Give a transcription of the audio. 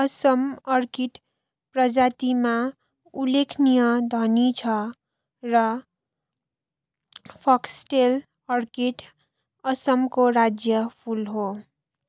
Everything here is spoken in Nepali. असम अर्किड प्रजातिमा उल्लेखनीय धनी छ र फक्सटेल अर्किड असमको राज्य फुल हो